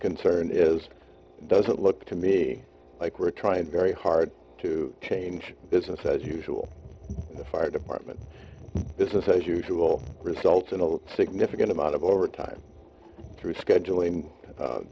concern is doesn't look to me like we're trying very hard to change business as usual the fire department business as usual results in a significant amount of overtime through scheduling